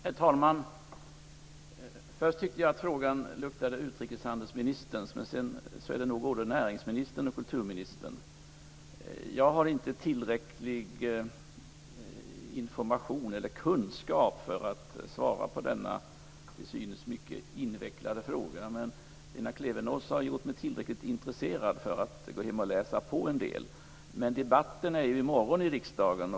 Herr talman! Först tyckte jag att frågan luktade utrikeshandelsministerns, men den är nog både näringsministerns och kulturministerns. Jag har inte tillräcklig information eller kunskap för att svara på denna till synes mycket invecklade fråga. Men Lena Klevenås har gjort mig tillräckligt intresserad för att gå hem och läsa på en del. Debatten är ju i morgon i riksdagen.